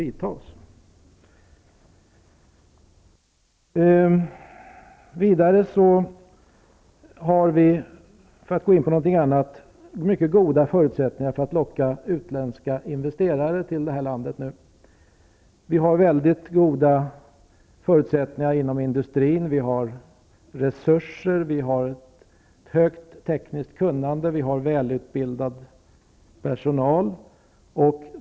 Vi har vidare, för att gå över till något annat, nu mycket goda förutsättningar för att locka utländska investerare till vårt land. Vi har mycket goda förutsättningar inom industrin. Vi har resurser, vi har ett högt tekniskt kunnande och vi har välutbildad personal.